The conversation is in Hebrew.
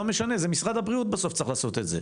משרד הבריאות צריך לעשות את זה,